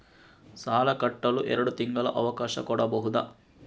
ಸಾಲ ಕಟ್ಟಲು ಎರಡು ತಿಂಗಳ ಅವಕಾಶ ಕೊಡಬಹುದಾ?